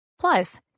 Plus